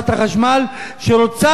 שרוצה למכור להם חשמל,